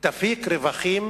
תפיק רווחים